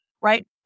Right